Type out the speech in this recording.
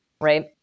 right